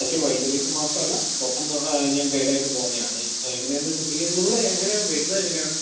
പക്ഷേ wildlife മാത്രമല്ല പുറത്തുനിന്ന് ഞാൻ ഗൈഡായിട്ട് പോകുന്നതാണ് ഇപ്പോള് എങ്ങനെയാണെന്ന് വെച്ചിട്ടുണ്ടെങ്കില് നിങ്ങള് എങ്ങനെയാണ് വരുന്നത് എങ്ങനെയാണ്